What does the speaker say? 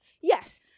yes